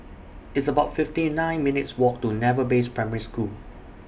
It's about fifty nine minutes' Walk to Naval Base Primary School